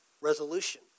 resolution